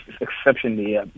Exceptionally